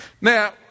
Now